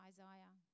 Isaiah